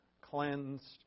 cleansed